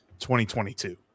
2022